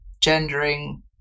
gendering